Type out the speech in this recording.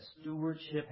stewardship